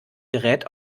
gerät